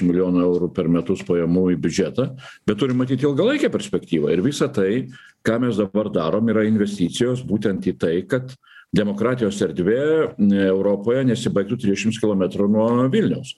milijonų eurų per metus pajamų į biudžetą bet turim matyti ilgalaikę perspektyvą ir visa tai ką mes dabar darom yra investicijos būtent į tai kad demokratijos erdvė europoje nesibaigtų trisdešims kilometrų nuo vilniaus